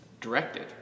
directed